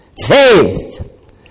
faith